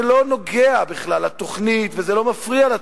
זה לא נוגע בכלל לתוכנית וזה לא מפריע לתוכנית,